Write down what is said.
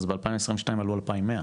אז ב-2022 עלו 2,100,